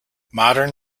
modern